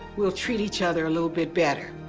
we'll treat each other a little bit better.